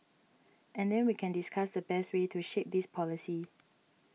and then we can discuss the best way to shape this policy